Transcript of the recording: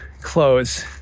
clothes